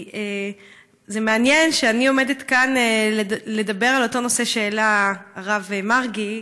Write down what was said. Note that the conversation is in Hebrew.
זה מעניין שאני עומדת כאן לדבר על אותו נושא שהעלה הרב מרגי,